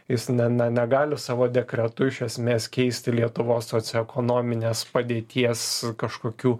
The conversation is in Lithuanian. jis na ne negali savo dekretu iš esmės keisti lietuvos socioekonominės padėties kažkokių